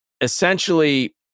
essentially